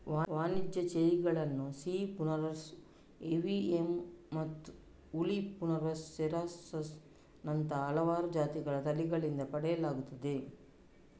ವಾಣಿಜ್ಯ ಚೆರ್ರಿಗಳನ್ನು ಸಿಹಿ ಪ್ರುನಸ್ ಏವಿಯಮ್ಮತ್ತು ಹುಳಿ ಪ್ರುನಸ್ ಸೆರಾಸಸ್ ನಂತಹ ಹಲವಾರು ಜಾತಿಗಳ ತಳಿಗಳಿಂದ ಪಡೆಯಲಾಗುತ್ತದೆ